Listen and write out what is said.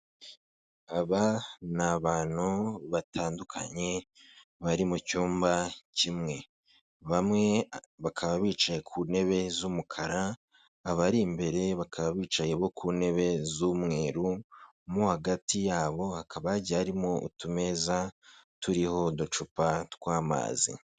Aba ni abantu batandukanye bari mu cyumba kimwe, bamwe bakaba bicaye ku ntebe z'umukara, abari imbere bakaba bicaye bo ku ntebe z'umweru mo hagati yabo hakaba hagiye harimo utumeza turiho uducupa tw'amazi.